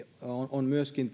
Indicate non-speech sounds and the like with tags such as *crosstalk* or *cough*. on tehnyt myöskin *unintelligible*